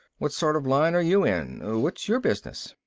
what sort of line are you in? what's your business?